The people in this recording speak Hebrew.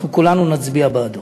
אנחנו כולנו נצביע בעדו.